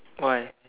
why